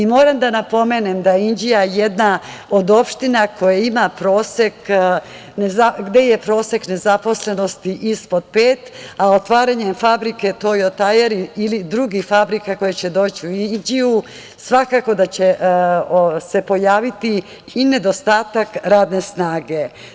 Moram da napomenem da je Inđija jedna od opština gde je prosek nezaposlenosti ispod pet, a otvaranjem fabrike „Tojo Tajers“ ili drugih fabrika koje će doći u Inđiju svakako da će se pojaviti i nedostatak radne snage.